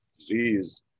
Disease